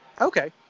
Okay